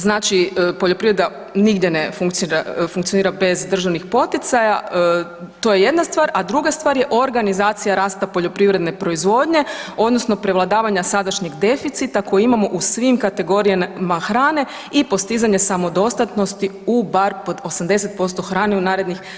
Znači poljoprivreda nigdje ne funkcionira bez državnih poticaja, to je jedna stvar, a druga stvar je organizacija rasta poljoprivredne proizvodnje odnosno prevladavanja sadašnjeg deficita koji imamo u svim kategorijama hrane i postizanje samodostatnosti u bar pod 80% hrane u narednih